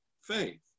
faith